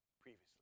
previously